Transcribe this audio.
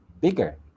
bigger